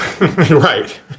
Right